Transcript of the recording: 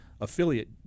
affiliate